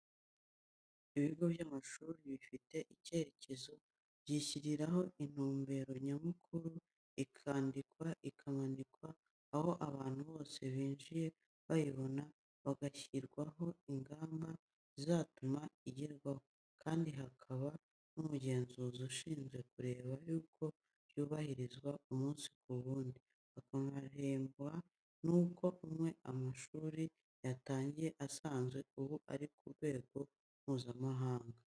Ibigo by'amashuri bifite icyerekezo, byishyiriraho intumbero nyamukuru, ikandikwa, ikamanikwa aho abantu bose binjiye bayibona, hagashyirwaho ingamba zizatuma igerwaho, kandi hakaba n'umugenzuzi ushinzwe kureba uko byubahirizwa umunsi ku wundi akanabihemberwa, nuko amwe mu mashuri yatangiye asanzwe ubu ari ku rwego Mpuzamahanga.